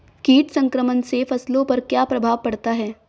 कीट संक्रमण से फसलों पर क्या प्रभाव पड़ता है?